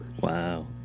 Wow